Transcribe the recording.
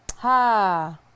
Ha